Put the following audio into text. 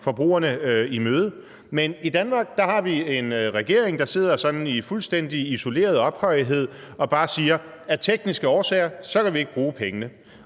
forbrugerne i møde, men i Danmark har vi en regering, der sidder i fuldstændig isoleret ophøjethed og bare siger: Af tekniske årsager kan vi ikke bruge pengene.